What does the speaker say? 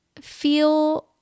feel